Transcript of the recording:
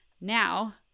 Now